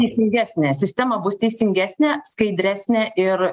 teisingesnė sistema bus teisingesnė skaidresnė ir